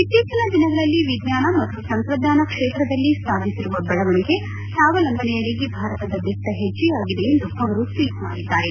ಇತ್ತೀಚನ ದಿನಗಳಲ್ಲಿ ವಿಜ್ಞಾನ ಮತ್ತು ತಂತ್ರಜ್ಞಾನ ಕ್ಷೇತ್ರದಲ್ಲಿ ಸಾಧಿಸಿರುವ ಬೆಳವಣಿಗೆ ಸ್ವಾವಲಂಬನೆಯೆಡೆಗೆ ಭಾರತದ ದಿಟ್ಷ ಹೆಜ್ಜೆಯಾಗಿದೆ ಎಂದು ಅವರು ಟ್ಲೀಟ್ ಮಾಡಿದ್ದಾರೆ